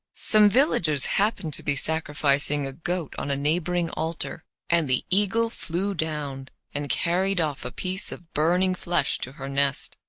some villagers happened to be sacrificing a goat on a neighbouring altar, and the eagle flew down and carried off a piece of burning flesh to her nest.